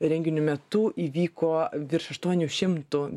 renginių metu įvyko virš aštuonių šimtų